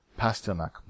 Pasternak